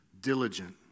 diligent